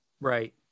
Right